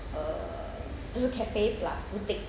uh 就是 cafe plus boutique